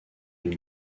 une